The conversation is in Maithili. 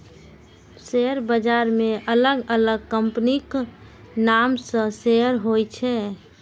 शेयर बाजार मे अलग अलग कंपनीक नाम सं शेयर होइ छै